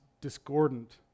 discordant